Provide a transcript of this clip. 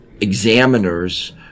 examiners